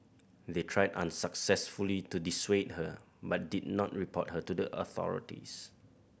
they tried unsuccessfully to dissuade her but did not report her to the authorities